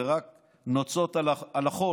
זה רק נוצות על החול.